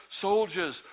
soldiers